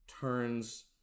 turns